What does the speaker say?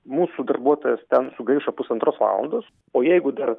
mūsų darbuotojas ten sugaišo pusantros valandos o jeigu dar